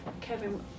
Kevin